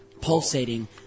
pulsating